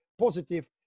positive